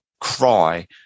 cry